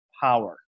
power